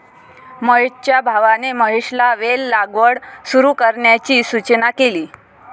महेशच्या भावाने महेशला वेल लागवड सुरू करण्याची सूचना केली